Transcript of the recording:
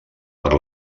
per